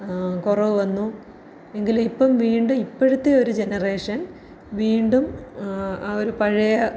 കുറവ് വന്നു എങ്കിലും ഇപ്പം വീണ്ടും ഇപ്പോഴത്തെ ഒരു ജനറേഷൻ വീണ്ടും ആ ഒരു പഴയ